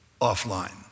offline